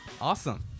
Awesome